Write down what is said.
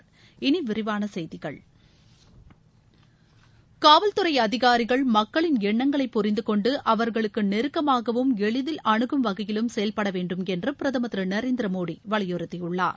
இனி விரிவான செய்திகள் காவல்துறை அதிகாரிகள் மக்களின் எண்ணங்களை புரிந்துக்கொண்டு அவர்களுக்கு நெருக்கமாகவும் எளிதில் அனுகும் வகையிலும் செயல்பட வேண்டும் என்று பிரதமர் திரு நரேந்திர மோடி வலியுறுத்தியுள்ளார்